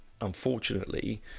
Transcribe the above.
unfortunately